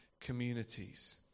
communities